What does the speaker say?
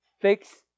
Fix